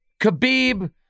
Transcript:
Khabib